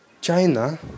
China